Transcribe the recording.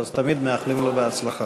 אז תמיד מאחלים לו בהצלחה.